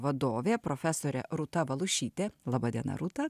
vadovė profesorė rūta valiušytė laba diena rūta